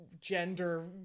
gender